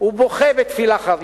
ובוכה בתפילה חרישית.